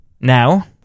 now